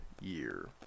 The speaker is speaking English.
year